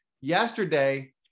yesterday